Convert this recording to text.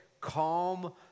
calm